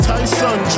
Tyson